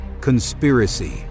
Conspiracy